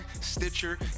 Stitcher